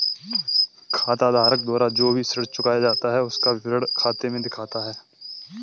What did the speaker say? खाताधारक द्वारा जो भी ऋण चुकाया जाता है उसका विवरण खाते में दिखता है